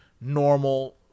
normal